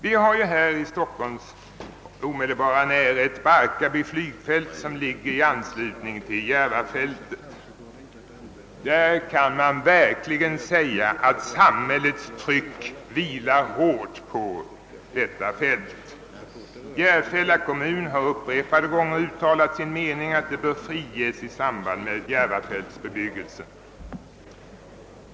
Vi har i Stockholms omedelbara närhet Barkarby flygfält, som ligger i nära anslutning till Järvafältet. Man kan verkligen säga, att samhället här utövar hårda påtryckningar på detta fält. Järfälla kommun har upprepade gånger uttalat den meningen att Barkarby flygfält bör friges i samband med bebyggelsen av Järvafältet.